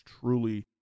truly